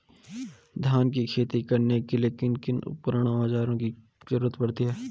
धान की खेती करने के लिए किन किन उपकरणों व औज़ारों की जरूरत पड़ती है?